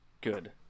good